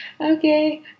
Okay